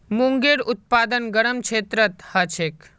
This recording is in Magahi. मूंगेर उत्पादन गरम क्षेत्रत ह छेक